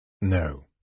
No